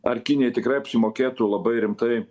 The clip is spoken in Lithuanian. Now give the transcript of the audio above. ar kinijai tikrai apsimokėtų labai rimtai